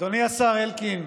אדוני השר אלקין,